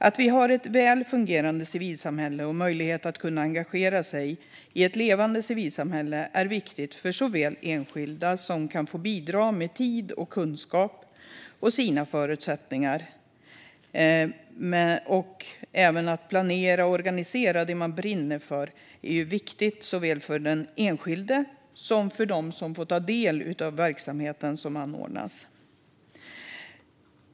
Att ha ett väl fungerande civilsamhälle och möjlighet att engagera sig i ett levande civilsamhälle är viktigt för enskilda, som kan få bidra med tid och kunskap efter sina förutsättningar. Även att få vara med och planera och organisera något som man brinner för är viktigt, såväl för enskilda som för dem som får ta del av verksamheten som anordnas.